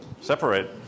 separate